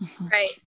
Right